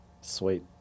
Sweet